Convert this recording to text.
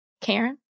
Karen